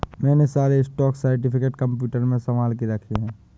मैंने सारे stock certificate computer में संभाल के रखे हैं